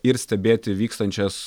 ir stebėti vykstančias